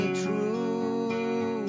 true